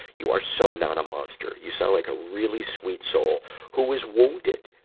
you are so not a monster. you sound like a really sweet soul who was wounded.